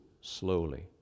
slowly